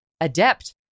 adept